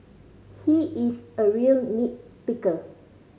he is a real nit picker